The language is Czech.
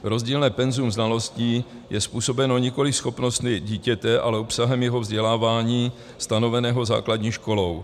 Rozdílné penzum znalostí je způsobeno nikoliv schopnostmi dítěte, ale obsahem jeho vzdělávání stanoveného základní školou.